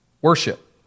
Worship